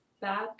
back